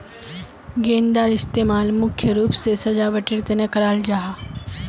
गेंदार इस्तेमाल मुख्य रूप से सजावटेर तने कराल जाहा